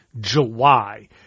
July